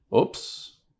oops